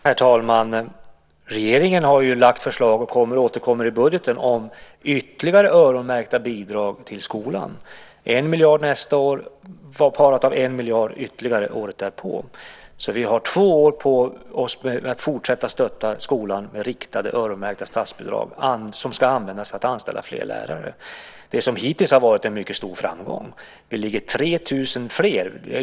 Herr talman! Regeringen har lagt förslag och kommer att återkomma i budgeten om ytterligare öronmärkta bidrag till skolan. Det gäller 1 miljard nästa år och ytterligare 1 miljard året därpå. Vi har alltså två år på oss att fortsätta stötta skolan med riktade öronmärkta statsbidrag som ska användas för att anställa fler lärare, det som hittills har varit en mycket stor framgång. Vi har 3 000 fler.